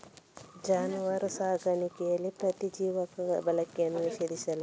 ಜಾನುವಾರು ಸಾಕಣೆಯಲ್ಲಿ ಪ್ರತಿಜೀವಕಗಳ ಬಳಕೆಯನ್ನು ನಿಷೇಧಿಸಲಾಗಿದೆ